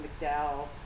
McDowell